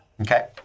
Okay